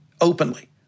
openly